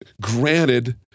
Granted